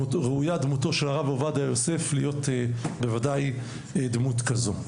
וראויה דמותו של הרב עובדיה יוסף להיות בוודאי דמות כזו.